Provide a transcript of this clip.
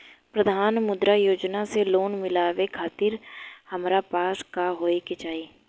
प्रधानमंत्री मुद्रा योजना से लोन मिलोए खातिर हमरा पास का होए के चाही?